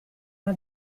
una